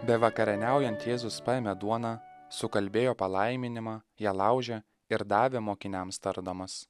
bevakarieniaujant jėzus paėmė duoną sukalbėjo palaiminimą ją laužė ir davė mokiniams tardamas